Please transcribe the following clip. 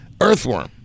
Earthworm